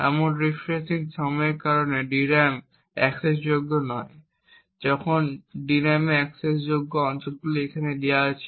এমন রিফ্রেশিং সময়ের কারণে DRAM অ্যাক্সেসযোগ্য নয় যখন DRAM এর অ্যাক্সেসযোগ্য অঞ্চলগুলি এখানে আছে